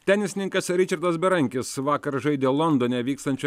tenisininkas ričardas berankis vakar žaidė londone vykstančio